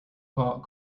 pot